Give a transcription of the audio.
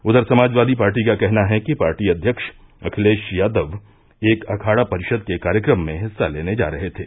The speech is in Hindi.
उधर समाजवादी पार्टी का कहना है कि पार्टी अध्यक्ष अखिलेश यादव एक अखाड़ा परिषद के कार्यक्रम में हिस्सा लेने जा रहे थे